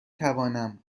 توانم